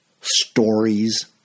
stories